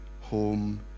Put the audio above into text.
home